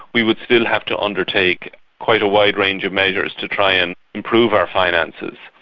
we would still have to undertake quite a wide range of measures to try and improve our finances.